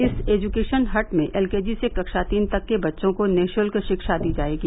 इस education hut में LKG से कक्षा तीन तक के बच्चों को निःशुल्क रिक्षा दी जायेगी